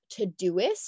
Todoist